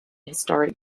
historic